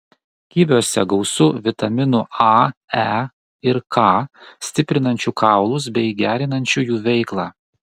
kiviuose gausu vitaminų a e ir k stiprinančių kaulus bei gerinančių jų veiklą